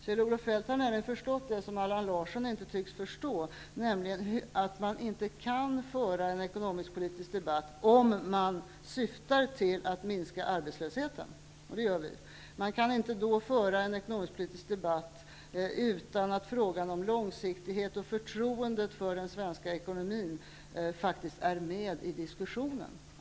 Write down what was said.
Kjell-Olof Feldt har nämligen förstått det som Allan Larsson inte tycks förstå, nämligen att om man syftar till att minska arbetslösheten kan man inte föra en ekonomiskpolitisk debatt utan att frågan om långsiktighet och förtroendet för den svenska ekonomin faktiskt är med i diskussionen.